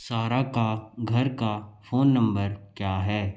सारा का घर का फोन नंबर क्या है